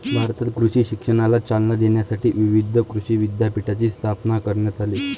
भारतात कृषी शिक्षणाला चालना देण्यासाठी विविध कृषी विद्यापीठांची स्थापना करण्यात आली